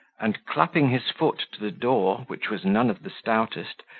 and, clapping his foot to the door, which was none of the stoutest,